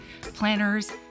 planners